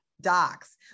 docs